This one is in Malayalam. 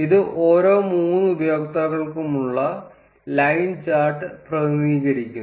ഇത് ഓരോ മൂന്ന് ഉപയോക്താക്കൾക്കുമുള്ള ലൈൻ ചാർട്ട് പ്രതിനിധീകരിക്കുന്നു